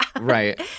right